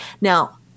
now